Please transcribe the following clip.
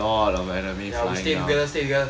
ya we stay together stay together